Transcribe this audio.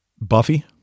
Buffy